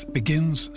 begins